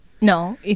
No